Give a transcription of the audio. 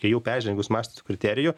jau peržengus masto kriterijų